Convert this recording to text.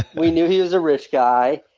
we knew he was a rich guy,